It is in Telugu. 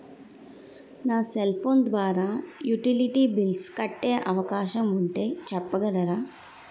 నా సెల్ ఫోన్ ద్వారా యుటిలిటీ బిల్ల్స్ కట్టే అవకాశం ఉంటే చెప్పగలరా?